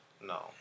No